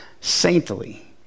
saintly